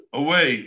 away